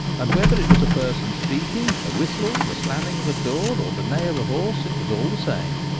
and whether it was a person speaking, a whistle, the slamming of a door, or the neigh of a horse, it was all the same.